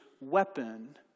weapon